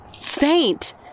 faint